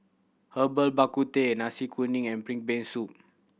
Herbal Bak Ku Teh Nasi Kuning and ping brain soup